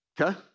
Okay